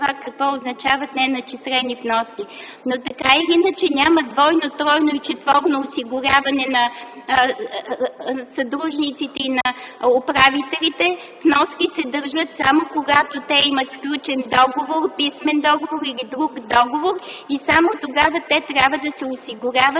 какво означават „неначислени вноски”. Но, така или иначе, няма двойно, тройно и четворно осигуряване на съдружниците и на управителите. Вноски се дължат, когато те имат сключен писмен договор или друг договор, и само тогава те трябва да се осигуряват